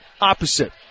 opposite